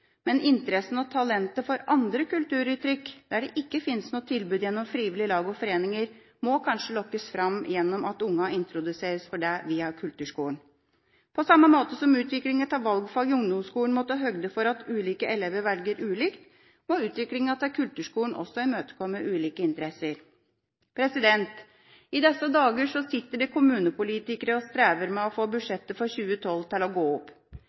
Men interessen og talentet for andre kulturuttrykk der det ikke finnes noe tilbud gjennom frivillige lag og foreninger, må kanskje lokkes fram gjennom at ungene introduseres for det via kulturskolen. På samme måte som utviklingen av valgfag i ungdomsskolen må ta høyde for at ulike elever velger ulikt, må utviklingen av kulturskolen også imøtekomme ulike interesser. I disse dager sitter det kommunepolitikere og strever med å få budsjettet for 2012 til å gå opp.